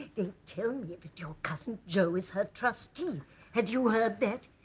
tell me that your cousin jo is her trustee had you heard that?